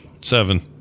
seven